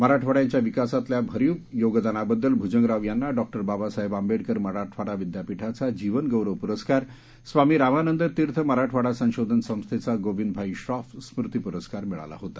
मराठवाड्याच्या विकासातल्या भरीव योगदानाबद्दल भुजंगराव यांना डॉ बाबासाहेब आंबेडकर मराठवाडा विद्यापीठाचा जीवन गौरव पुरस्कार स्वामी रामानंद तीर्थ मराठवाडा संशोधन संस्थेचा गोविंदभाई श्रॉफ स्मृती पुरस्कार मिळाला होता